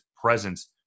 presence